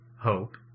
Hope